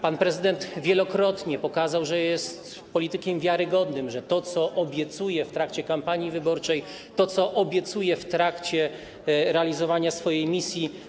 Pan prezydent wielokrotnie pokazał, że jest politykiem wiarygodnym, jeżeli chodzi o to, co obiecuje w trakcie kampanii wyborczej, co obiecuje w trakcie realizowania swojej misji.